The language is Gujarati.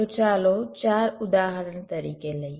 તો ચાલો ચાર ઉદાહરણ તરીકે લઈએ